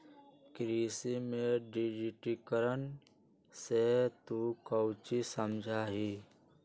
कृषि में डिजिटिकरण से तू काउची समझा हीं?